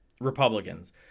Republicans